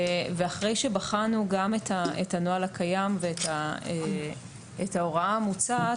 אחרי שבחנו גם את הנוהל הקיים ואת ההוראה המוצעת,